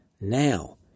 Now